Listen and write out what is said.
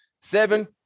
seven